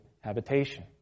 habitation